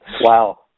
Wow